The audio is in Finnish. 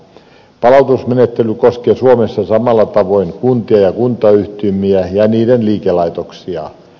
palautusmenettely koskee suomessa samalla tavoin kuntia ja kuntayhtymiä ja niiden liikelaitoksia